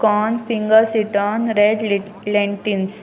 corn fingers ton red lentils